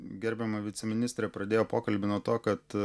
gerbiama viceministrė pradėjo pokalbį nuo to kad